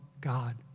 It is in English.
God